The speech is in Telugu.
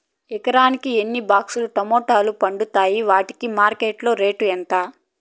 ఎకరాకి ఎన్ని బాక్స్ లు టమోటాలు పండుతాయి వాటికి మార్కెట్లో రేటు ఎంత?